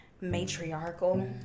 matriarchal